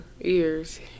ears